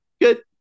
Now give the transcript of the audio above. good